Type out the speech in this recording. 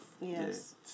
Yes